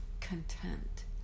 content